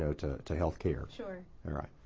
know, to to health care. sure.